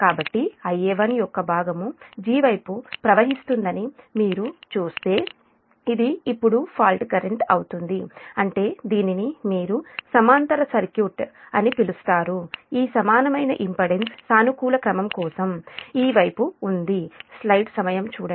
కాబట్టి Ia1 యొక్క భాగం 'g' వైపు ప్రవహిస్తుందని మీరు చూస్తే ఇది ఇప్పుడు ఫాల్ట్ కరెంట్ అంటే దీనిని మీరు సమాంతర సర్క్యూట్ అని పిలుస్తారు ఈ సమానమైన ఇంపెడెన్స్ సానుకూల క్రమం కోసం ఇది ఈ సమానమైన ఇంపెడెన్స్ ఈ వైపు ఉంది